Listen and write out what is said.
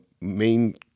main